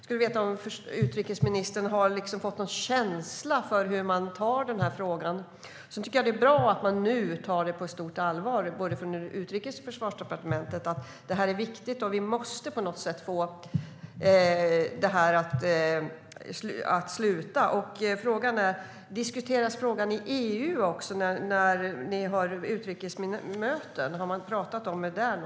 Har utrikesministern fått någon känsla för hur man ser på frågan? Sedan tycker jag att det är bra att både Utrikesdepartementet och Försvarsdepartementet tar det här på stort allvar och inser att det är viktigt. Vi måste på något sätt få det här att upphöra. Diskuteras frågan också på utrikesministermöten i EU?